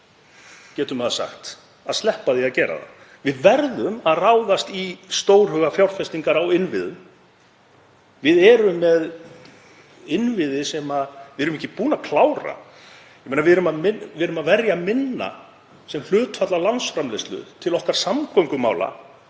getur maður sagt, að sleppa því að gera það. Við verðum að ráðast í stórhuga fjárfestingar á innviðum. Við erum með innviði sem við erum ekki búin að klára. Við erum að verja minna sem hlutfall af landsframleiðslu til samgöngumála